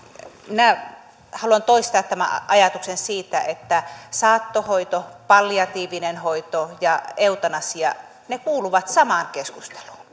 minä haluan toistaa tämän ajatuksen siitä että saattohoito palliatiivinen hoito ja eutanasia kuuluvat samaan keskusteluun